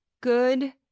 Good